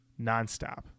nonstop